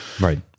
Right